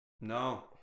No